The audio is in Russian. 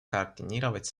координировать